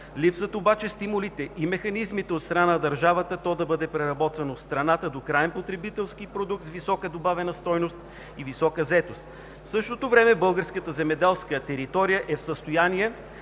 Липсват обаче стимулите и механизмите от страна на държавата то да бъде преработвано в страната до краен потребителски продукт с висока добавена стойност и висока заетост. В същото време българската земеделска територия е в състояние